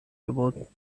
about